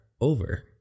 over